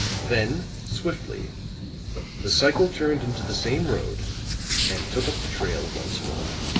then swiftly the cycle turned into the same road and took up the trail once more.